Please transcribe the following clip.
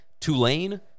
Tulane